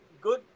Good –